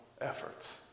efforts